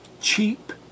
cheap